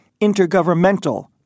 intergovernmental